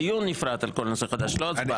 דיון נפרד על כל נושא חדש, לא הצבעה.